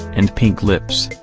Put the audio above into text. and pink lips,